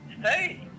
Hey